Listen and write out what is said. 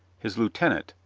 his lieutenant,